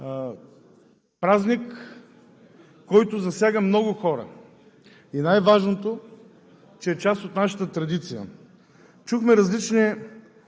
Празник, който засяга много хора, и най-важното – че е част от нашата традиция. Чухме различни